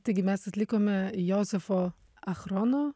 taigi mes atlikome jozefo achrono